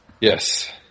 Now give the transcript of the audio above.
Yes